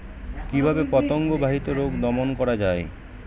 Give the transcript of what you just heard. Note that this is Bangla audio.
কিভাবে পতঙ্গ বাহিত রোগ দমন করা যায়?